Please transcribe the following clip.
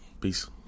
Peace